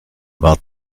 war